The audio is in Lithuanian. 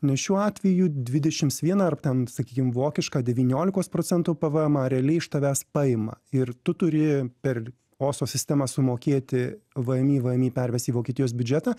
nes šiuo atveju dvidešims vieną ar ten sakykim vokišką devyniolikos procentų pvmą realiai iš tavęs paima ir tu turi per oso sistemą sumokėti vmi vmi perves į vokietijos biudžetą